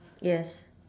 yes